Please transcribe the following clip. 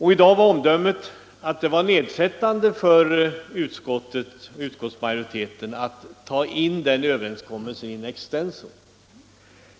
I dag var hans omdöme att det var nedsättande för utskottsmajoriteten att ta in den nu aktuella överenskommelsen in extenso.